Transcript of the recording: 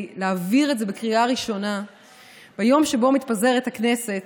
להעביר את זה בקריאה ראשונה ביום שבו מתפזרת הכנסת,